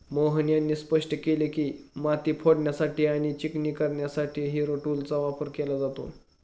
मोहन यांनी स्पष्ट केले की, माती फोडण्यासाठी आणि चिकणी करण्यासाठी हॅरो टूल वापरले जाते